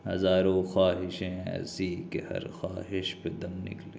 ہزارو خواہشیں ایسی کہ ہر خواہش پہ دم نکلے